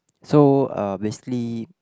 so uh basically